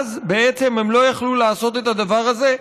אז בעצם הם לא היו יכולים לעשות את הדבר הזה,